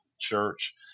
church